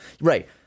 right